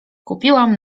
kupiłam